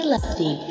Lefty